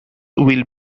will